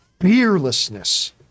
fearlessness